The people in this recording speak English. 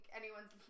anyone's